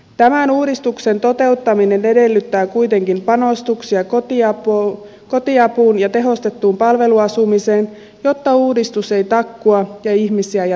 tämän uudistuksen toteuttaminen edellyttää kuitenkin panostuksia kotiapuun ja tehostettuun palveluasumiseen jotta uudistus ei takkua ja ihmisiä jätetä heitteille